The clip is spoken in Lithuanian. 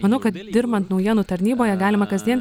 manau kad dirbant naujienų tarnyboje galima kasdien